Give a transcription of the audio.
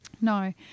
No